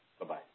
Bye-bye